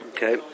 Okay